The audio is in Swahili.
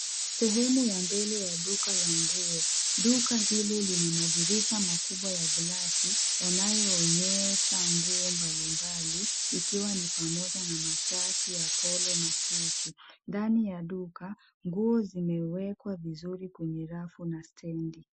Sehemu ya mbele ya duka la nguo. Duka hilo lina madirisha makubwa ya glasi yanayoonyesha nguo mbalimbali ikiwa ni pamoja na mashati ya polo na suti. Ndani ya duka nguo zimewekwa vizuri kwenye rafu na stendi.